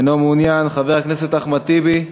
אינו מעוניין, חבר הכנסת אחמד טיבי,